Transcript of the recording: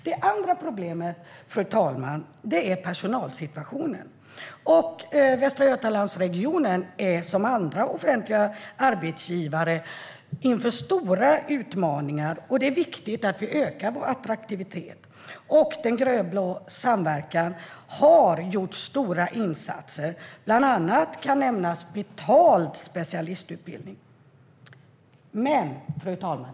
Det andra problemet, fru talman, är personalsituationen. Västra Götalandsregionen står liksom andra offentliga arbetsgivare inför stora utmaningar. Det är viktigt att vi ökar vår attraktivitet, och den grönblå samverkan har gjort stora insatser. Bland annat kan nämnas betald specialistutbildning. Fru talman!